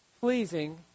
pleasing